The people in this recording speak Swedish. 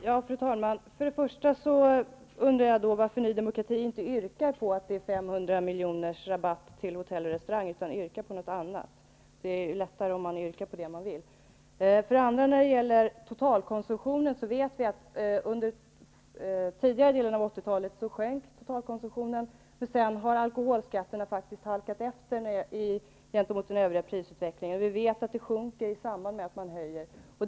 Fru talman! För det första undrar jag varför Ny demokrati inte yrkar på 500 miljoner i rabatt till hotell och restaurangbranschen, utan på något annat. Det är lättare om man yrkar på det man vill göra. För det andra vill jag säga att vi vet att totalkonsumtionen sjönk under tidigare delen av 80-talet. Sedan har alkoholskatterna halkat efter gentemot den övriga prisutvecklingen. Vi vet att konsumtionen sjunker i samband med höjningar.